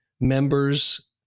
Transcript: members